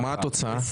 מה התוצאה?